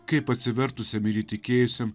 kaip atsivertusiam ir įtikėjusiam